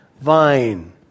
vine